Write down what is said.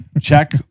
Check